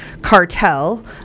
cartel